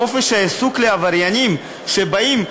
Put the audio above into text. חופש העיסוק לעבריינים שבאים,